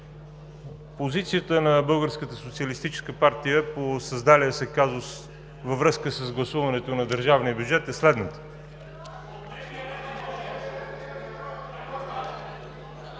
партия по създалия се казус във връзка с гласуването на държавния бюджет е следната.